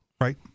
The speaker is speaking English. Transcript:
right